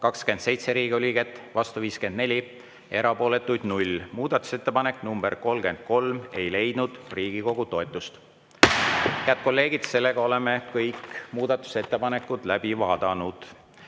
27 Riigikogu liiget, vastu 54, erapooletuid 0. Muudatusettepanek nr 33 ei leidnud Riigikogu toetust. Head kolleegid, oleme kõik muudatusettepanekud läbi vaadanud.